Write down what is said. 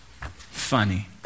funny